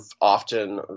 often